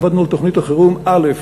עבדנו על תוכנית החירום א',